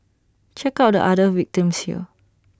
check out the other victims here